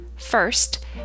First